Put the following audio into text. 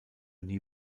nie